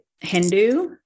Hindu